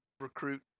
recruit